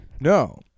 No